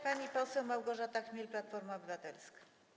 Pani poseł Małgorzata Chmiel, Platforma Obywatelska.